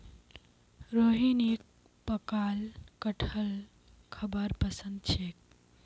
रोहिणीक पकाल कठहल खाबार पसंद छेक